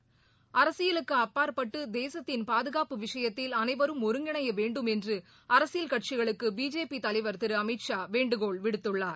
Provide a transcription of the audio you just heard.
தேசத்தின் அப்பாற்பட்டு பாதுகாப்பு விஷயத்தில் அரசியலுக்கு அனைவரும் ஒருங்கிணையவேண்டும் என்று அரசியல் கட்சிகளுக்கு பிஜேபி தலைவர் திரு அமித் ஷா வேண்டுகோள் விடுத்துள்ளார்